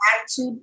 attitude